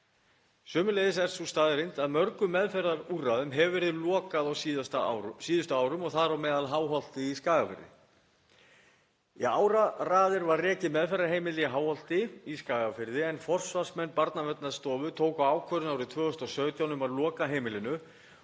Sömuleiðis er það staðreynd að mörgum meðferðarúrræðum hefur verið lokað á síðustu árum og þar á meðal Háholti í Skagafirði. Í áraraðir var rekið meðferðarheimili í Háholti í Skagafirði en forsvarsmenn Barnaverndarstofu tóku ákvörðun árið 2017 um að loka heimilinu